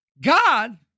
God